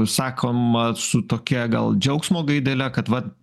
sakoma su tokia gal džiaugsmo gaidele kad va